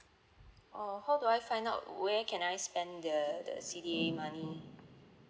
oh how do I find out where can I spend the the C_D_A money